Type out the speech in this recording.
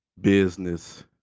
business